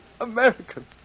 American